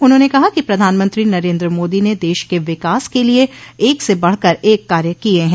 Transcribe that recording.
उन्होंने कहा कि प्रधानमंत्री नरेन्द्र मोदी ने देश के विकास के लिये एक से बढ़ कर एक कार्य किये हैं